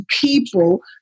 people